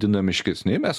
dinamiškesni mes